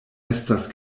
estas